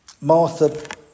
Martha